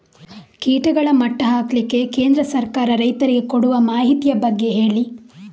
ಕೀಟಗಳ ಮಟ್ಟ ಹಾಕ್ಲಿಕ್ಕೆ ಕೇಂದ್ರ ಸರ್ಕಾರ ರೈತರಿಗೆ ಕೊಡುವ ಮಾಹಿತಿಯ ಬಗ್ಗೆ ಹೇಳಿ